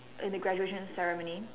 in the graduation ceremony